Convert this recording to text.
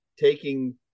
Taking